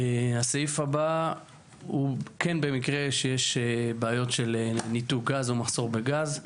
הסעיף הבא הוא כן במקרה שיש בעיות של ניתוק גז או מחסור בגז,